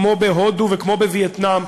כמו בהודו וכמו בווייטנאם,